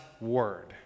word